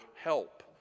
help